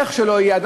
איך שלא יהיה,